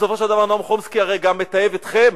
בסופו של דבר נועם חומסקי הרי גם מתעב אתכם.